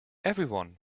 everyone